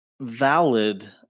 valid